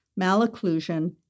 malocclusion